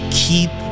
keep